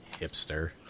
Hipster